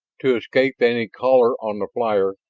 to escape any caller on the flyer,